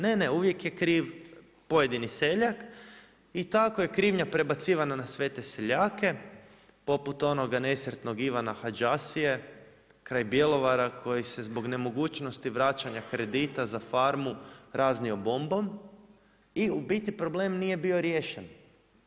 Ne, ne, uvijek je kriv pojedini seljak i tako je krivnja prebacivana na sve te seljake poput onoga nesretnog Ivana Hđasije kraj Bjelovara koji se zbog nemogućnosti vraćanja kredita za farmu raznio bombom i u biti problem nije bio rijeđen.